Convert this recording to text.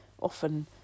often